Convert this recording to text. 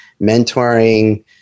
mentoring